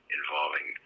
involving